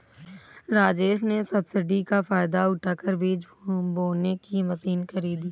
राजेश ने सब्सिडी का फायदा उठाकर बीज बोने की मशीन खरीदी